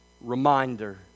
reminder